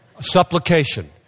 Supplication